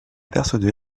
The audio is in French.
persuadé